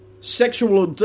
sexual